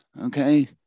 Okay